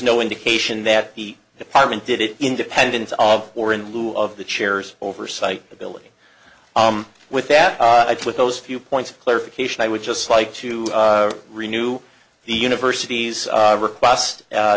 no indication that the department did it independence of or in lieu of the chairs oversight ability with that with those few points of clarification i would just like to renew the university's request